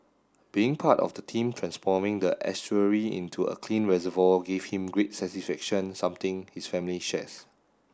being part of the team transforming the estuary into a clean reservoir gave him great satisfaction something his family shares